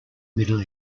middle